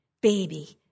baby